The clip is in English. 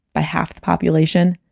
by half the population?